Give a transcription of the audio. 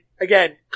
again